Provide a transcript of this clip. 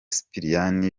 sipiriyani